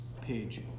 page